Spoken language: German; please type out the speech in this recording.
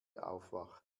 aufwacht